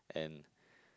and